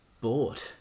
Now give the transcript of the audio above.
bored